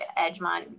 Edgemont